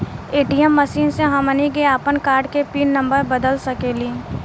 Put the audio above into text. ATM machine से हमनी के आपन कार्ड के पिन नम्बर बदल सके नी